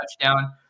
touchdown